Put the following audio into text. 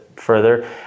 further